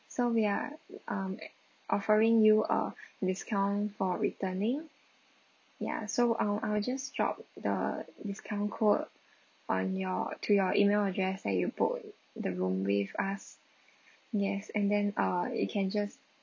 so we are um offering you a discount for returning ya so I'll I'll just drop the discount code on your to your email address that you booked the room with us yes and then uh you can just